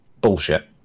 bullshit